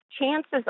chances